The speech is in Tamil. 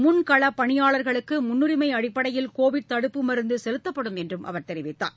முன்களப் பணியாளர்களுக்குமுன்னுரிமைஅடிப்படையில் கோவிட் தடுப்பு மருந்துசெலுத்தப்படும் என்றும் அவர் தெரிவித்தார்